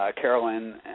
Carolyn